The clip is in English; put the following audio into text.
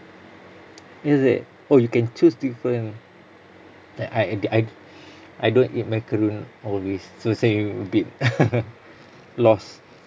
is it oh you can choose different like I I g~ I I don't eat macarons always so saya a bit lost